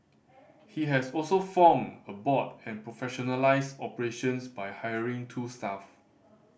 he has also formed a board and professionalised operations by hiring two staff